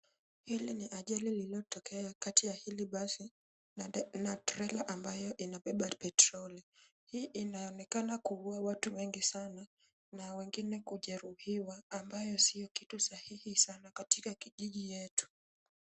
Hii ni ajali iliyotokea kati ya hii basi na trela ambayo inabeba petroli. Hii inaonekana kuua watu wengi sana na wengine kujeruhiwa ambayo sio kitu sahihi katika kijiji chetu.